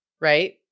right